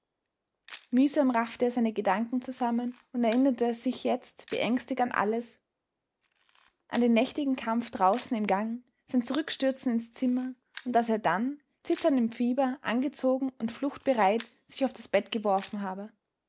mühsam raffte er seine gedanken zusammen und erinnerte sich jetzt beängstigt an alles an den nächtigen kampf draußen im gang sein zurückstürzen ins zimmer und daß er dann zitternd im fieber angezogen und fluchtbereit sich auf das bett geworfen habe